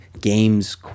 games